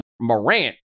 Morant